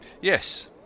Yes